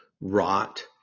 rot